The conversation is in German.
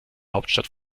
hauptstadt